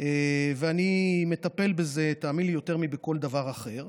ואני מטפל בזה, תאמין לי, יותר מבכל דבר אחר,